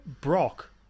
Brock